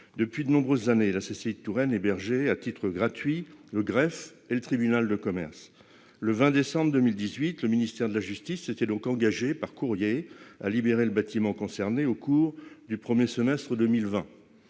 Depuis de nombreuses années, la CCI de Touraine hébergeait, à titre gratuit, le greffe et le tribunal de commerce. Le 20 décembre 2018, le ministère de la justice s'était donc engagé, par courrier, à libérer le bâtiment concerné au cours du premier semestre de 2020.